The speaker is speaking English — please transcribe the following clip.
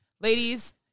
ladies